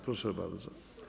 Proszę bardzo.